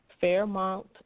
Fairmont